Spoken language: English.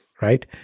right